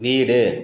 வீடு